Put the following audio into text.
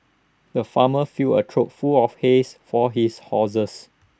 the farmer filled A trough full of hays for his horses